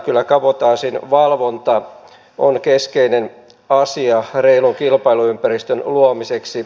kyllä kabotaasin valvonta on keskeinen asia reilun kilpailuympäristön luomiseksi